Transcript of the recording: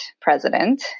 president